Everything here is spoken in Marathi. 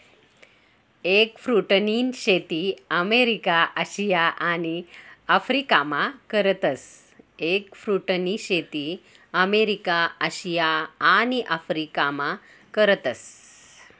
एगफ्रुटनी शेती अमेरिका, आशिया आणि आफरीकामा करतस